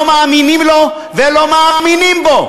לא מאמינים לו ולא מאמינים בו,